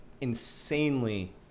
insanely